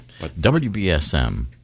WBSM